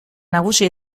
nagusia